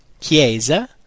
chiesa